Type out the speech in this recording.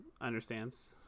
understands